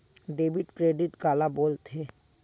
Debit credit काला बोल थे?